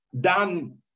done